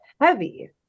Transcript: heavy